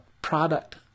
Product